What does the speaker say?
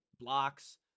blocks